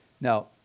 Now